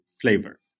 flavor